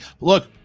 Look